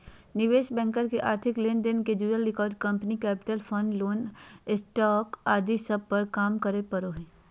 निवेश बैंकर के आर्थिक लेन देन से जुड़ल record, company capital, fund, loan, stock आदि सब पर काम करे पड़ो हय